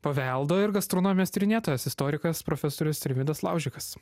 paveldo ir gastronomijos tyrinėtojas istorikas profesorius rimvydas laužikas